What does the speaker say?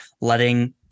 letting